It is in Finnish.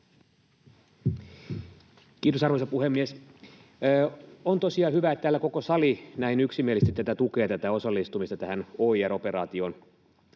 Kiitos, arvoisa puhemies! On tosiaan hyvä, että täällä koko sali näin yksimielisesti tukee tätä osallistumista tähän OIR-operaatioon.